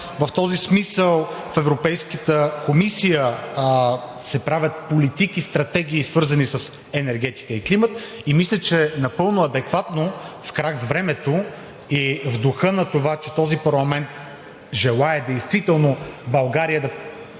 и климат“, в Европейската комисия се правят политики, стратегии, свързани с енергетика и климат. Мисля, че е напълно адекватно, в крак с времето и в духа на това, че този парламент желае действително България да